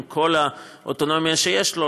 עם כל האוטונומיה שיש לו,